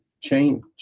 change